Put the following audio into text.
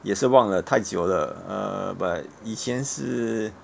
也是忘了太久了 err but 以前是